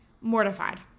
mortified